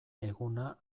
eguna